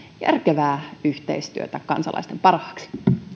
järkevää yhteistyötä kansalaisten parhaaksi